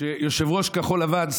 שיושב-ראש כחול לבן,